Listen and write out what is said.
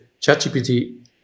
ChatGPT